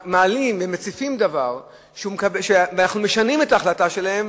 מעלים ומציפים דבר ואנחנו משנים את ההחלטה שלהם.